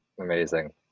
Amazing